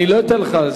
אני לא אתן לך.